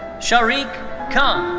shariq khan.